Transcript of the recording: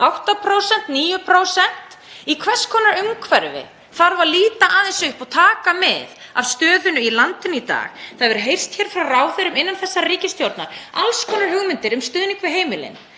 8%, 9%? Í hvers konar umhverfi þarf að líta aðeins upp og taka mið af stöðunni í landinu í dag? Það hafa heyrst frá ráðherrum innan þessarar ríkisstjórnar alls konar hugmyndir um stuðning við heimilin.